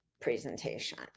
presentation